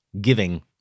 giving